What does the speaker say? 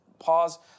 pause